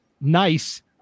nice